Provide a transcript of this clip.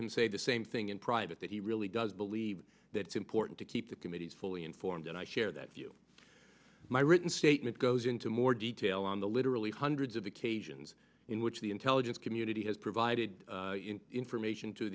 s say the same thing in private that he really does believe that to important to keep the committee's fully informed and i share that view my written statement goes into more detail on the literally hundreds of occasions in which the intelligence community has provided information to